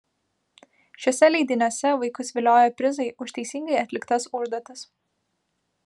šiuose leidiniuose vaikus vilioja prizai už teisingai atliktas užduotis